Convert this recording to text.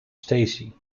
stacey